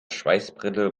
schweißbrille